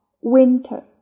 winter